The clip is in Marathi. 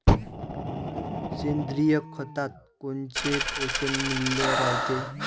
सेंद्रिय खतात कोनचे पोषनमूल्य रायते?